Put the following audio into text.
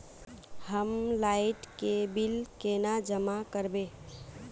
हम लाइट के बिल केना जमा करबे?